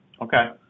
Okay